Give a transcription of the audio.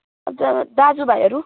हजुर दाजुभाइहरू